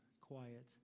quiet